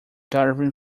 darwin